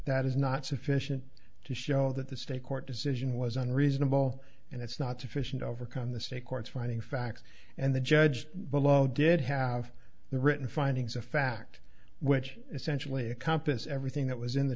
that is not sufficient to show that the state court decision was unreasonable and it's not sufficient overcome the state courts finding facts and the judge below did have the written findings of fact which essentially a compass everything that was in the